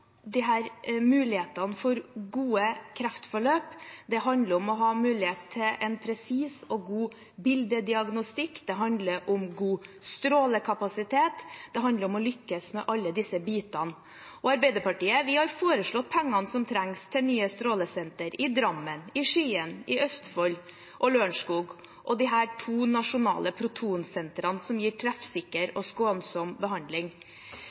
for gode kreftforløp handler om å ha mulighet til en presis og god bildediagnostikk, det handler om god strålekapasitet, det handler om å lykkes med alle disse bitene. Arbeiderpartiet har foreslått pengene som trengs til nye strålesenter – i Drammen, i Skien, i Østfold og Lørenskog – og til de to nasjonale protonsentrene, som gir treffsikker og skånsom behandling.